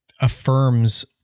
affirms